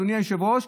אדוני היושב-ראש,